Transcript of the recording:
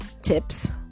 tips